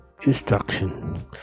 instruction